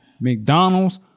McDonald's